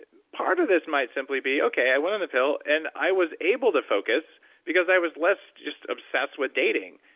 part of this might simply be, okay, i went on the pill and i was able to focus because i was less obsessed with dating.